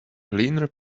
cleaner